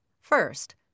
First